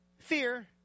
fear